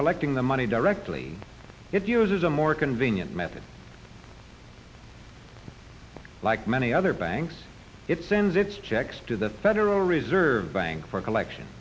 collecting the money directly it uses a more convenient method like many other banks it sends its checks to the federal reserve bank for collection